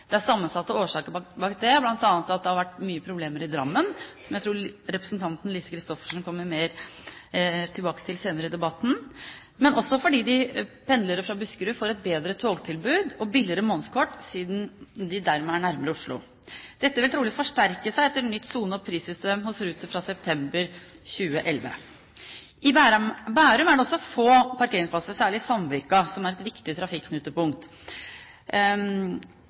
Det er sammensatte årsaker til det, bl.a. at det har vært mye problemer i Drammen – jeg tror representanten Lise Christoffersen kommer tilbake til det senere i debatten – men også fordi pendlere fra Buskerud får et bedre togtilbud og billigere månedskort siden de dermed er nærmere Oslo. Dette vil trolig forsterkes etter at det innføres et nytt sone- og prissystem hos Ruter fra september 2011. I Bærum er det også få parkeringsplasser, særlig i Sandvika, som er et viktig